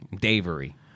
Davery